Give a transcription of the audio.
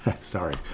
Sorry